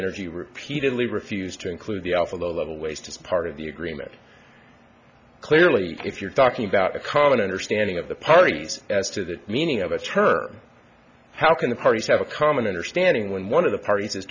energy repeatedly refused to include the alpha low level waste as part of the agreement clearly if you're talking about a common understanding of the parties as to the meaning of a term how can the parties have a common understanding when one of the parties is